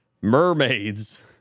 Mermaids